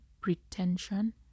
pretension